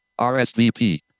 RSVP